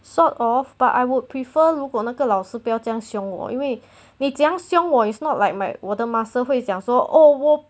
sort of but I would prefer 如果那个老师不要这样凶我因为你怎样凶我 is not like my 我的 muscle 会讲说 oh 我